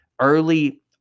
early